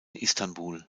istanbul